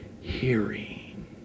hearing